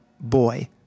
boy